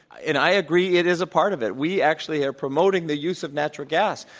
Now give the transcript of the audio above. and i agree, it is a part of it. we actually are promoting the use of natural gas.